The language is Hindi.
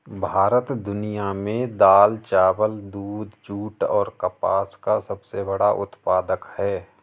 भारत दुनिया में दाल, चावल, दूध, जूट और कपास का सबसे बड़ा उत्पादक है